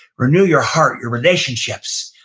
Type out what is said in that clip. renew your heart, your relationships,